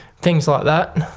things like that.